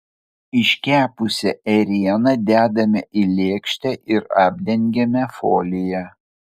iškepusią ėrieną dedame į lėkštę ir apdengiame folija